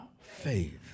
faith